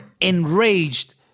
enraged